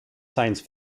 science